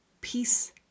peace